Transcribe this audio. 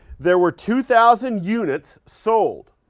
there were two thousand units sold.